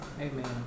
Amen